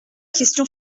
question